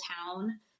town